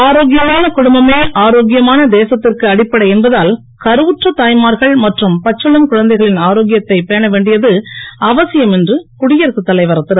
ஆரோக்கியமான குடும்பமே ஆரோக்கியமான தேசத்திற்கு அடிப்படை என்பதால் கருவுற்ற தாய்மார்கள் மற்றும் பச்சிளம் குழந்தைகளின் ஆரோக்கியத்தை பேண வேண்டியது அவசியம் என்று குடியரசுத் தலைவர் திரு